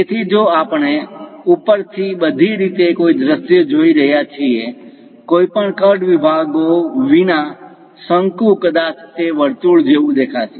તેથી જો આપણે ઉપર થી બધી રીતે કોઈ દૃશ્ય જોઈ રહ્યા છીએ કોઈપણ કટ વિભાગો વિના શંકુ કદાચ તે વર્તુળ જેવું દેખાશે